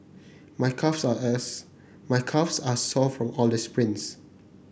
my calves are my calves are sore from all the sprints